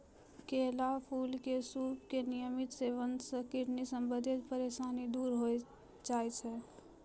केला फूल के सूप के नियमित सेवन सॅ किडनी संबंधित परेशानी दूर होय जाय छै